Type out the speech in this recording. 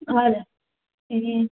हजुर ए